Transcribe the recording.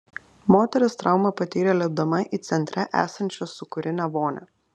moteris traumą patyrė lipdama į centre esančią sūkurinę vonią